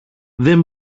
δεν